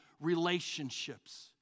relationships